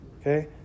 Okay